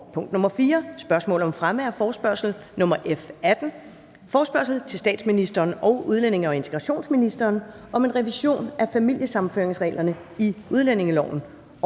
08.12.2021). 4) Spørgsmål om fremme af forespørgsel nr. F 18: Forespørgsel til statsministeren og udlændinge- og integrationsministeren om en revision af familiesammenføringsreglerne i udlændingeloven.